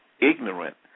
Ignorant